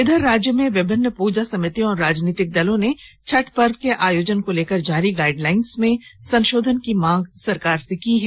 इधर राज्य में विभिन्न पूजा समितियां और राजनीतिक दलों ने छठ पर्व के आयोजन को लेकर जारी गाइडलाइंस में संशोधन करने की मांग सरकार की है